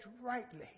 rightly